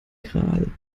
gral